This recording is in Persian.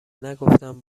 نگفتم